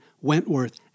Wentworth